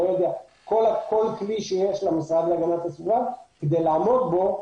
כל כלי שיש למשרד להגנת הסביבה כדי לעמוד בו.